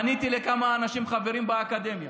פניתי לכמה אנשים, חברים באקדמיה,